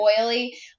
oily